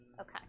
Okay